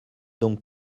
donc